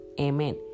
Amen